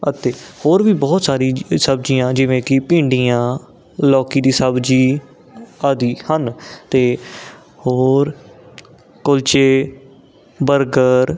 ਅਤੇ ਹੋਰ ਵੀ ਬਹੁਤ ਸਾਰੀ ਸਬਜ਼ੀਆਂ ਜਿਵੇਂ ਕਿ ਭਿੰਡੀਆਂ ਲੌਕੀ ਦੀ ਸਬਜ਼ੀ ਆਦਿ ਹਨ ਅਤੇ ਹੋਰ ਕੁਲਚੇ ਬਰਗਰ